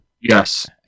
yes